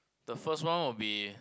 the first one will be